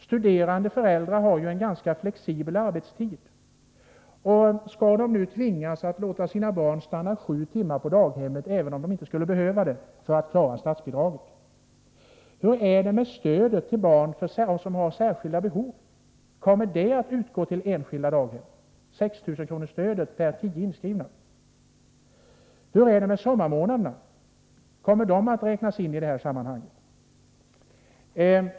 Studerande föräldrar har ju en ganska flexibel arbetstid. Skall de nu tvingas låta sina barn stanna sju timmar på daghemmet, även om de inte skulle behöva det, för att klara statsbidraget? Hur är det med stödet till barn som har särskilda behov? Kommer 6000-kronorsstödet per tio inskrivna att utgå till enskilda daghem? Hur är det med sommarmånaderna? Kommer de att räknas in i detta sammanhang?